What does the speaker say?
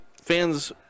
fans